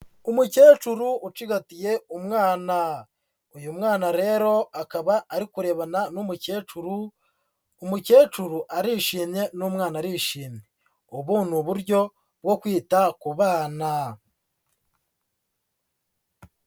Umukecuru ucigatiye umwana, uyu mwana rero akaba ari kurebana n'umukecuru, umukecuru arishimye n'umwana arishimye, ubu ni uburyo bwo kwita ku bana.